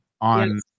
on